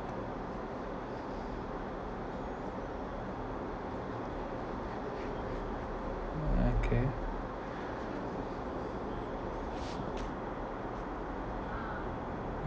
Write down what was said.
okay